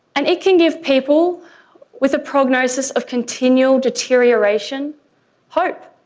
and it can give people with a prognosis of continual deterioration hope.